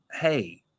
hey